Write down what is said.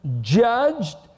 judged